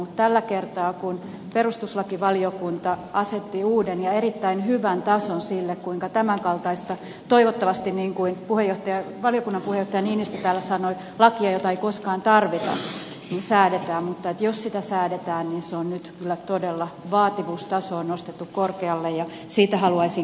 mutta tällä kertaa kun perustuslakivaliokunta asetti uuden ja erittäin hyvän tason sille kuinka tämän kaltaista lakia jota toivottavasti niin kuin valiokunnan puheenjohtaja niinistö täällä sanoi ei koskaan tarvita säädetään niin jos sitä säädetään niin nyt kyllä todella vaativuustaso on nostettu korkealle ja siitä haluaisin